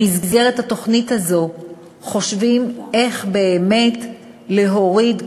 במסגרת התוכנית הזו חושבים איך באמת להוריד,